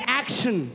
action